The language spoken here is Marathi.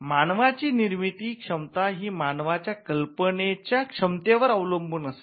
मानवाची निर्मिती क्षमता हे मानवाच्या कल्पनेच्या क्षमतेवर अवलंबून असते